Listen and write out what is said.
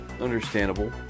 Understandable